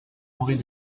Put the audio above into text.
henri